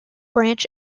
branch